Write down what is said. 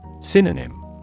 Synonym